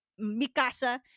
Mikasa